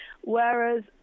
whereas